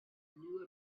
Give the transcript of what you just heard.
knew